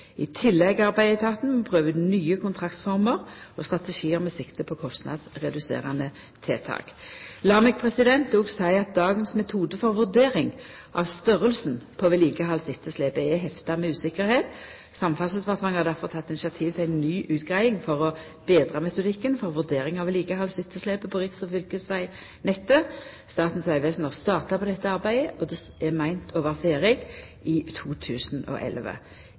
I tillegg arbeider etaten med å prøva ut nye kontraktformer og strategiar med sikte på kostnadsreduserande tiltak. Lat meg òg seia at dagens metode for vurdering av storleiken på vedlikehaldsetterslepet er hefta med uvisse. Samferdselsdepartementet har difor teke initiativ til ei ny utgreiing for å betra metodikken for vurdering av vedlikehaldsetterslepet på riks- og fylkesvegnettet. Statens vegvesen har starta på dette arbeidet, og det er meint å vera ferdig i 2011.